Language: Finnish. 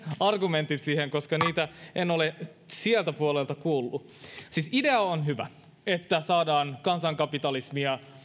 argumentit siihen koska niitä en ole sieltä puolelta kuullut siis se idea on hyvä että saadaan kansankapitalismia